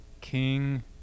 King